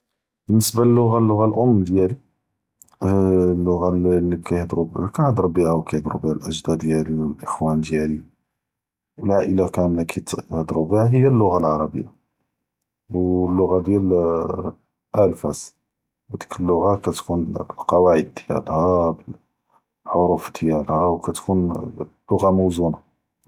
באלניסבה אללוג’ה, אללוג’ה אלאם דיאלי, אללוג’ה לי נהדרו בה ו נהדרו בה אלאג’דאד דיאלי ו אלאח’ואן דיאלי ו אלעאילה קאמליה כתנהדרו בה, היא אללוג’ה אלערביה, ו אללוג’ה דיאל אלפאס וד’יק אללוג’ה לי ת’קון ללקוואעד דיאלהא אלחרוף דיאלהא ו כתקון לוג’ה מוזונה.